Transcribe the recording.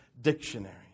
dictionary